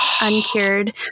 uncured